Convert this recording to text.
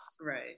Right